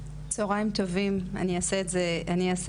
צוהריים טובים, אני אעשה את זה קצר.